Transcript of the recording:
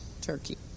Turkey